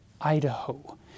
Idaho